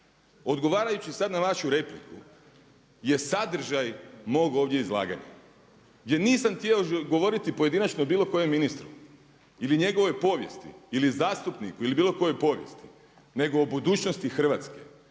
Odgovarajući sada na vašu repliku je sadržaj mog ovdje izlaganja gdje nisam htio govoriti pojedinačno o bilo kojem ministru ili njegovoj povijesti ili zastupniku ili bilo kojoj povijesti nego o budućnosti Hrvatske.